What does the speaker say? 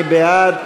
מי בעד?